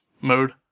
mode